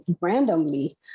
randomly